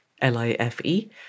L-I-F-E